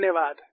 धन्यवाद